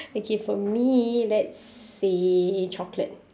okay for me let's say chocolate